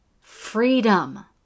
freedom